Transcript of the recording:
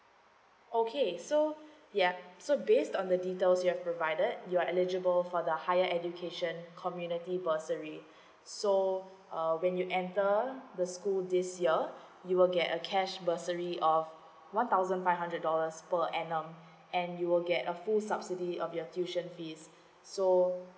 oh okay so yup so based on the details you have provided you are eligible for the higher education community bursary so uh when you enter the school this year you will get a cash bursary of one thousand five hundred dollars per annum and you will get a full subsidy of your tuition fees so